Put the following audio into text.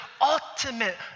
ultimate